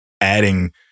adding